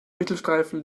mittelstreifen